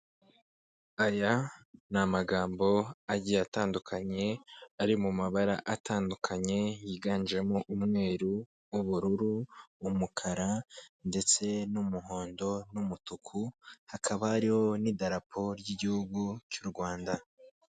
Aya ni amagambo agiye atandukanye ari mu mabara atandukanye, yiganjemo umweru, ubururu, umukara ndetse n'umuhondo n'umutuku, hakaba hariho n'idarapo ry'igihugu cy'u Rwanda.